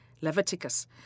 Leviticus